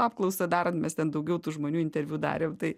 apklausa daran mes ten daugiau tų žmonių interviu darėm tai